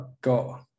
got